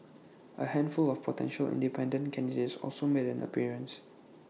A handful of potential independent candidates also made an appearance